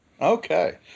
Okay